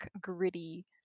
gritty